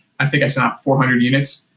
i think i sent out four hundred units.